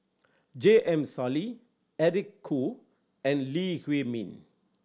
J M Sali Eric Khoo and Lee Huei Min